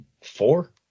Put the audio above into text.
four